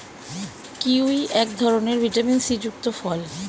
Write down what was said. kiwi এক ধরনের vitamin C যুক্ত ফল